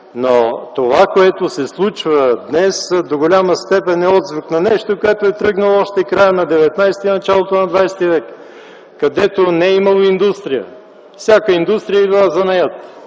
но това, което се случва днес, до голяма степен е отзвук на нещо, тръгнало в края на ХІХ и началото на ХХ век, когато не е имало индустрия. Всяка индустрия е била занаят.